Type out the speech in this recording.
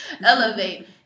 Elevate